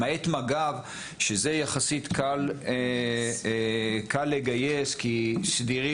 למעט מג"ב שזה יחסית קל לגייס כי סדירים